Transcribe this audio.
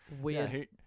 weird